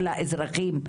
של האזרחים,